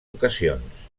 ocasions